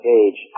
age